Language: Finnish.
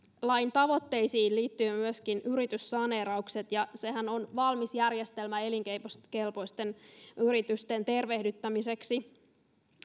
lain tavoitteisiin liittyvät myöskin yrityssaneeraukset ja sehän on valmis järjestelmä elinkeinokelpoisten yritysten tervehdyttämiseksi